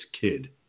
kid